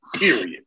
Period